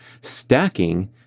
stacking